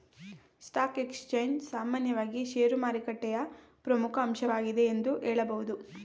stock exchange ಸಾಮಾನ್ಯವಾಗಿ ಶೇರುಮಾರುಕಟ್ಟೆಯ ಪ್ರಮುಖ ಅಂಶವಾಗಿದೆ ಎಂದು ಹೇಳಬಹುದು